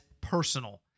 personal